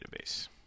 database